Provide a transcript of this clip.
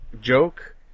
joke